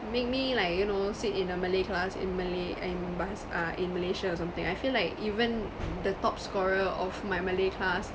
make me like you know sit in a malay class in malay in bahasa err in malaysia or something I feel like even the top scorer of my malay class